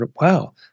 wow